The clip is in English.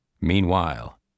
Meanwhile